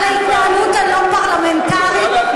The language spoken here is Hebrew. על ההתנהלות הלא-פרלמנטרית,